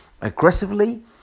aggressively